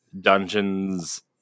dungeons